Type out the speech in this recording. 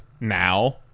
now